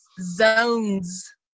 zones